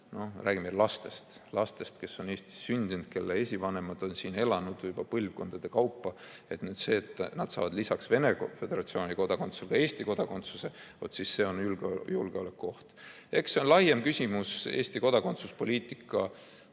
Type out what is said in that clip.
räägime lastest – lastest, kes on Eestis sündinud, kelle esivanemad on siin elanud juba põlvkondade kaupa. See, et nad saavad lisaks Venemaa Föderatsiooni kodakondsusele Eesti kodakondsuse, vaat see on julgeolekuoht! Eks see on laiem küsimus Eesti kodakondsuspoliitika